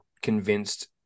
convinced